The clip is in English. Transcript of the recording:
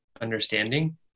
understanding